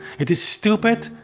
it is stupid,